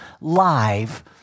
live